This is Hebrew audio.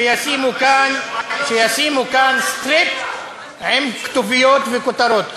או שישימו כאן סטריפ עם כתוביות וכותרות,